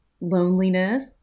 loneliness